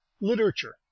literature